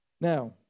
Now